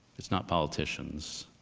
it's not politicians.